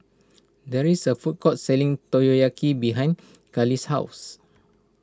there is a food court selling Takoyaki behind Cali's house